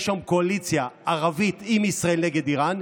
היום קואליציה ערבית עם ישראל נגד איראן,